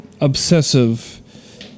obsessive